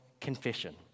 confession